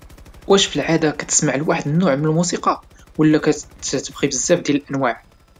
واش فالعادة كتسمع واحد النوع من الموسيقى ولا كتبغي بزاف ديال الأنواع؟